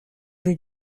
rue